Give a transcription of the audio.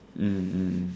mm mm